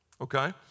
Okay